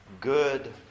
Good